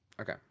Okay